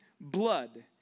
blood